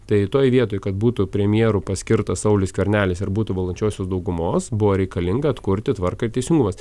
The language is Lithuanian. tai toj vietoj kad būtų premjeru paskirtas saulius skvernelis ir būtų valdančiosios daugumos buvo reikalinga atkurti tvarką ir teisingumas